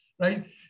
right